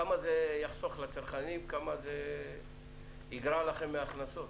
כמה זה יחסוך לצרכנים וכמה זה יגרע לכם מההכנסות.